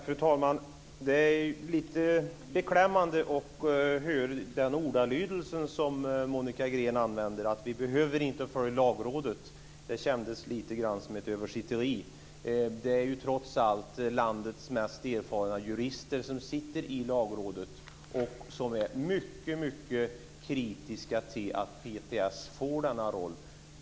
Fru talman! Det är lite beklämmande att höra Monica Greens ordalydelse, nämligen att vi inte behöver följa Lagrådet. Det känns som översitteri. Det är ju trots allt landets mest erfarna jurister som sitter i Lagrådet, och de är mycket kritiska till att PTS får denna roll.